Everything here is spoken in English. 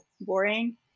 boring